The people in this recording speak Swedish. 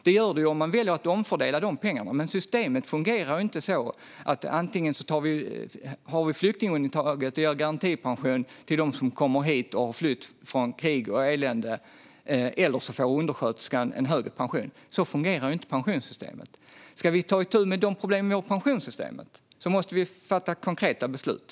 Det skulle göra det om man valde att omfördela pengarna, men systemet fungerar inte så att man antingen har ett flyktingundantag och ger garantipension till dem som har flytt från krig och elände och har kommit hit, eller så får undersköterskan en högre pension. Så fungerar inte pensionssystemet. Om vi ska ta itu med de problem som vi har i pensionssystemet måste vi fatta konkreta beslut.